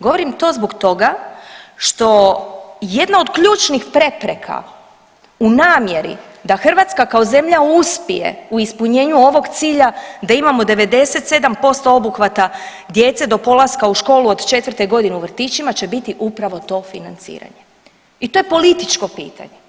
Govorim to zbog toga što jedna od ključnih prepreka u namjeri da Hrvatska kao zemlja uspije u ispunjenju ovog cilja da imamo 97% obuhvata djece do polaska u školu od četvrte godine u vrtićima će biti upravo to financiranje i to je političko pitanje.